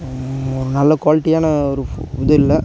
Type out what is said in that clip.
ஒரு நல்ல குவாலிட்டியான ஒரு ஃப் இது இல்லை